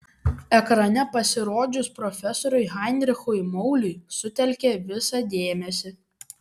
ekrane pasirodžius profesoriui heinrichui mauliui sutelkė visą dėmesį